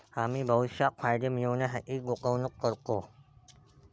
आम्ही भविष्यात फायदे मिळविण्यासाठी गुंतवणूक करतो